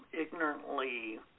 ignorantly